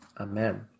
amen